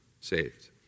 saved